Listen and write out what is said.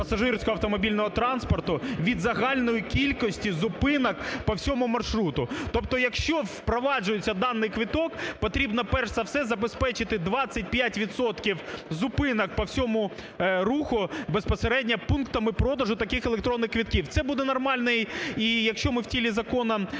пасажирського автомобільного транспорту від загальної кількості зупинок по всьому маршруту. Тобто якщо впроваджується даний квиток, потрібно, перш за все, забезпечити 25 відсотків зупинок по всьому руху безпосередньо пунктами продажу таких електронних квитків. Це буде нормально і якщо ми в тілі закону